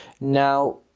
now